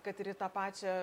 kad ir į tą pačią